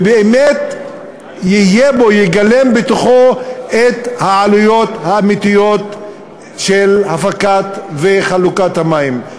ואם הוא יגלם בתוכו את העלויות האמיתיות של הפקת המים וחלוקתם,